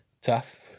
tough